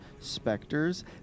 specters